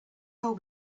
told